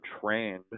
trained